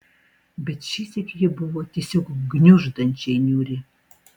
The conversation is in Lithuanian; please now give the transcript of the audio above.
bet šįsyk ji buvo tiesiog gniuždančiai niūri